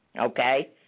Okay